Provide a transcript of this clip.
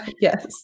Yes